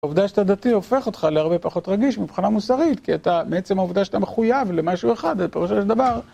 העובדה שאתה דתי הופך אותך להרבה פחות רגיש מבחינה מוסרית כי אתה בעצם העובדה שאתה מחויב למשהו אחד, זה בסופו של דבר